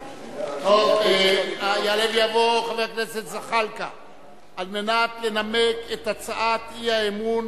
יעלה ויבוא חבר הכנסת זחאלקה על מנת לנמק את הצעת האי-אמון